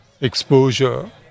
exposure